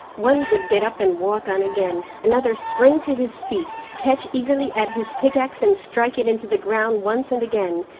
one would get up and walk on again, another spring to his feet, catch eagerly at his pickaxe and strike it into the ground once and again,